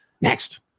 Next